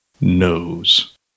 knows